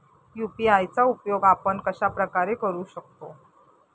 UPI चा उपयोग आपण कशाप्रकारे करु शकतो?